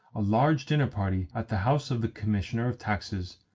a large dinner party at the house of the commissioner of taxes,